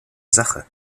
sache